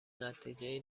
نتیجهای